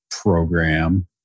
program